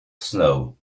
snow